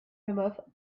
remove